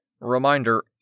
Reminder